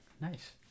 nice